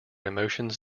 emotions